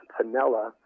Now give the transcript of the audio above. panella